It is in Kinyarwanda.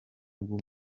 bw’u